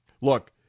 Look